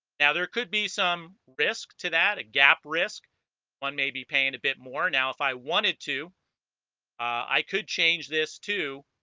now there could be some risk to that a gap risk one may be paying a bit more now if i wanted to i could change this too